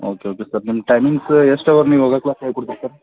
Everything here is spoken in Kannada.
ಓಕೆ ಓಕೆ ಸರ್ ನಿಮ್ಮ ಟೈಮಿಂಗ್ಸ್ ಎಷ್ಟು ಅವರ್ ನೀವು ಯೋಗ ಕ್ಲಾಸ್ ಹೇಳಿ ಕೊಡ್ತೀರ ಸರ್